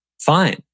Fine